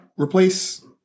replace